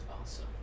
Awesome